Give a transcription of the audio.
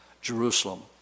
Jerusalem